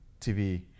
TV